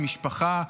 משפחה,